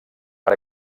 per